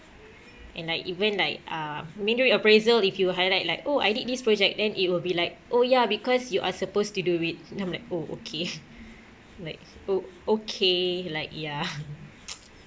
and like even like uh midway appraisal if you highlight like oh I did this project then it will be like oh ya because you are supposed to do it and I'm like oh okay like oh okay like ya